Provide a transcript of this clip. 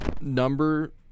number